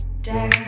day